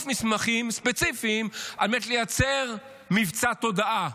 מסמכים ספציפיים על מנת לייצר מבצע תודעה.